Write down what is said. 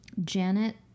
Janet